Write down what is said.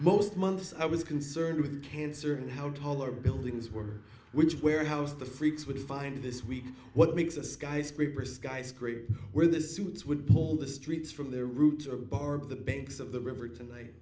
most months i was concerned with cancer and how taller buildings were which warehouse the freaks would find this week what makes a skyscraper skyscraper where the suits would pull the streets from their roots or a bar of the banks of the river tonight